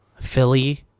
Philly